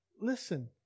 listen